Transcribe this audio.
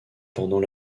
pendant